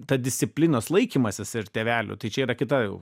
ta disciplinos laikymasis ir tėvelių tai čia yra kita jau